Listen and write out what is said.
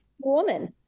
woman